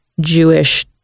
Jewish